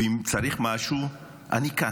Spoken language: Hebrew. אם צריך משהו, אני כאן.